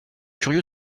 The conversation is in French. curieux